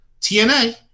TNA